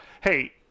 hey